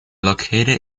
located